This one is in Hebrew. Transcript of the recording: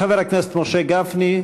חבר הכנסת משה גפני,